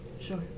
Sure